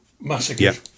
massacred